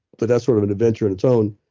but that's sort of an adventure on its own.